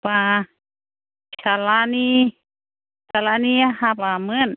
बा फिसालानि हाबामोन